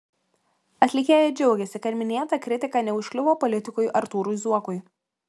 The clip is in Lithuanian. atlikėja džiaugiasi kad minėta kritika neužkliuvo politikui artūrui zuokui